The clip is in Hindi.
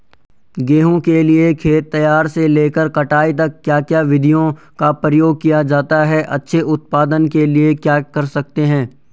गेहूँ के लिए खेत तैयार से लेकर कटाई तक क्या क्या विधियों का प्रयोग किया जाता है अच्छे उत्पादन के लिए क्या कर सकते हैं?